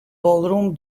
ballroom